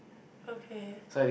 okay